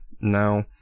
No